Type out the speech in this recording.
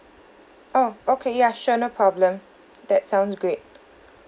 oh okay ya sure no problem that sounds great